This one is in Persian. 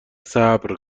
صبر